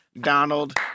Donald